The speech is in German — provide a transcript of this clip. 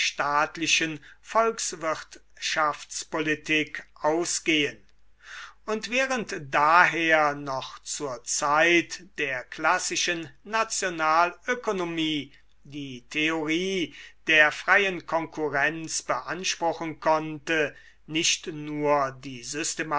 staatlichen volkswirtschaftspolitik ausgehen und während daher noch zur zeit der klassischen nationalökonomie die theorie der freien konkurrenz beanspruchen konnte nicht nur die